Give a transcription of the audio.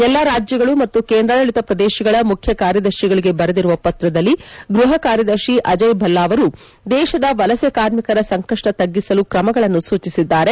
ಎಲ್ಲ ರಾಜ್ಯಗಳು ಮತ್ತು ಕೇಂದ್ರಾಡಳಿತ ಪ್ರದೇಶಗಳ ಮುಖ್ಯ ಕಾರ್ಯದರ್ಶಿಗಳಿಗೆ ಬರೆದಿರುವ ಪತ್ರದಲ್ಲಿ ಗೃಹ ಕಾರ್ಯದರ್ಶಿ ಅಜಯ್ ಭಲ್ಲಾ ಅವರು ದೇಶದ ವಲಸೆ ಕಾರ್ಮಿಕರ ಸಂಕಷ್ವ ತಗ್ಗಿಸಲು ಕ್ರಮಗಳನ್ನು ಸೂಚಿಸಿದ್ದಾರೆ